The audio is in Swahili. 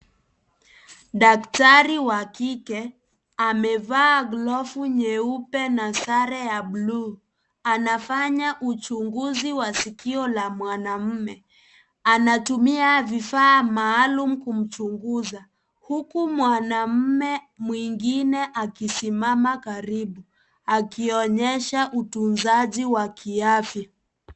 Daktari wa kike amevaa glovu nyeupe na sare ya blu . Anafanya uchunguzi wa sikio la mwanaume . Aantumia vifaa maalum kumchunguza . Huku mwanaume mwingine akisimama kwa karibu akionyesha utunzaji wa kiafya.